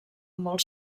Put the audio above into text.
molt